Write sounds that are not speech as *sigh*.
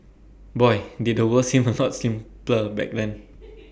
boy did the world seem *noise* A lot simpler back when *noise*